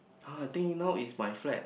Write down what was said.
!huh! I think now is my flat